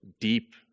deep